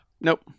Nope